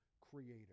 creator